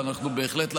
ואנחנו בהחלט נעסוק,